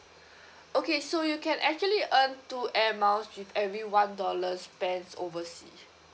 okay so you can actually earn two air miles with every one dollar spent oversea